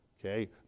Okay